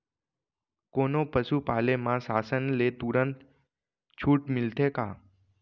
कोनो पसु पाले म शासन ले तुरंत छूट मिलथे का?